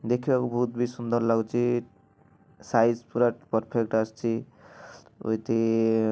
ଦେଖିବାକୁ ବି ପୁରା ବହୁତ ସୁନ୍ଦର ଲାଗୁଛି ସାଇଜ୍ ପୁରା ପରଫେକ୍ଟ ଆସୁଛି ଉଇଥ୍